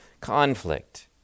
conflict